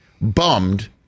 bummed